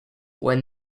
where